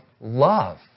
love